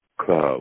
club